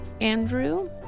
Andrew